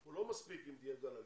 הוא לא מספיק אם יהיה גל עלייה.